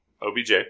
OBJ